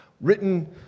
written